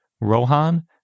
Rohan